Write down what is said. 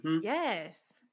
yes